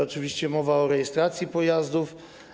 Oczywiście mowa o rejestracji pojazdów.